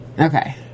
Okay